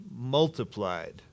multiplied